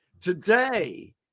today